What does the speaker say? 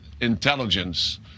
intelligence